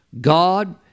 God